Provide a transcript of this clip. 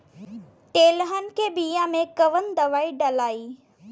तेलहन के बिया मे कवन दवाई डलाई?